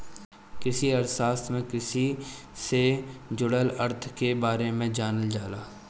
कृषि अर्थशास्त्र में कृषि से जुड़ल अर्थ के बारे में जानल जाला